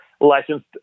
licensed